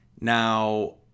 Now